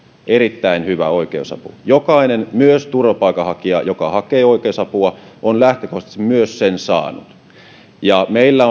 erittäin hyvä oikeusapu jokainen myös turvapaikanhakija joka hakee oikeus apua on lähtökohtaisesti myös sitä saanut meillä